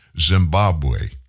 Zimbabwe